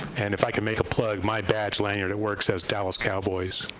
and if i could make a plug, my badge lanyard at work says, dallas cowboys.